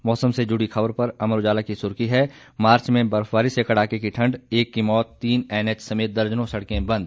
मौसम से जुड़ी खबर पर अमर उजाला की सुर्खी है मार्च में बर्फबारी से कड़ाके की ठंड एक की मौत तीन एनएच समेत दर्जनों सड़के बंद